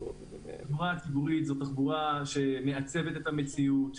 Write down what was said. תחבורה ציבורית היא תחבורה שמעצבת את המציאות,